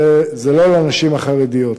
וזה לא לנשים החרדיות.